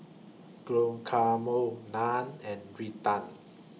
Guacamole Naan and Raita